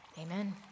Amen